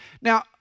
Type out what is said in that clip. Now